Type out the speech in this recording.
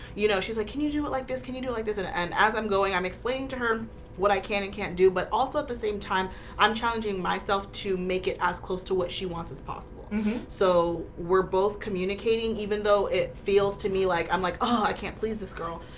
you know, she's like, can you do it like this? can you do like this ah and as i'm going i'm explaining to her what i can and can't do but also at the same time i'm challenging myself to make it as close to what she wants as possible so we're both communicating even though it feels to me like i'm like, oh, i can't please this girl,